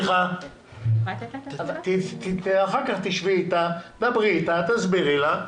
סליחה, אחר כך תשבי איתה ותסבירי לה.